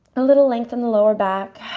a little length in the lower back.